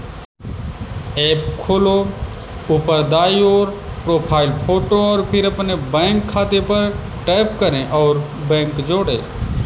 app खोलो, ऊपर दाईं ओर, प्रोफ़ाइल फ़ोटो और फिर अपने बैंक खाते पर टैप करें और बैंक जोड़ें